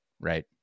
right